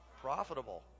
profitable